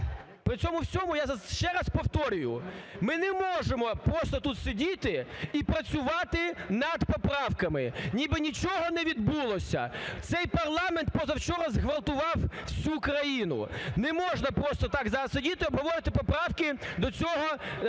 при цьому всьому, я ще раз повторюю, ми не можемо просто тут сидіти і працювати над поправками, ніби нічого не відбулося. Цей парламент позавчора зґвалтував всю країну, не можна просто так зараз сидіти і обговорювати поправки до цього бюджету,